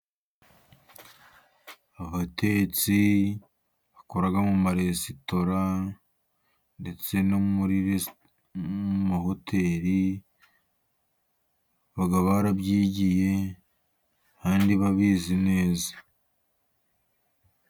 Abatetsi bakora mu maresitora ndetse no mu mahoteli baba barabyigiye kandi babizi neza.